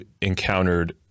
encountered